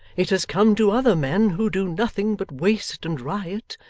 it has come to other men who do nothing but waste and riot.